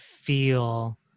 feel